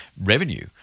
revenue